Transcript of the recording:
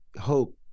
hope